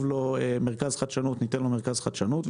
לתת להם מרכז חדשנות ולתת להם מרכז חדשנות.